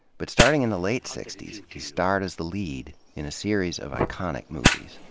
but starting in the late sixty s, he starred as the lead in a series of iconic movies.